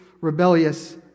rebellious